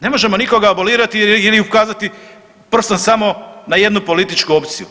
Ne možemo nikoga abolirati ili ukazati prstom samo na jednu političku opciju.